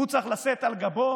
הוא צריך לשאת על גבו